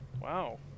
Wow